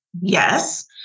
Yes